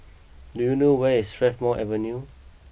do you know where is Strathmore Avenue